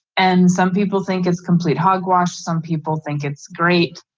and some people think it's complete hogwash. some people think it's great.